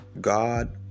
god